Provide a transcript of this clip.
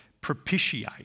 propitiate